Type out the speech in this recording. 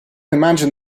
imagine